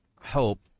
hope